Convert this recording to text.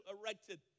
erected